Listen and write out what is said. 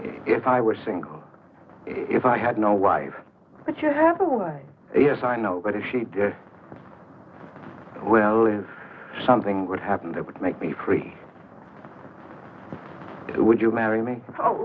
if i was single if i had no life but you have a way yes i know but if she did well is something would happen that would make me free it would you marry me oh